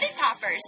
poppers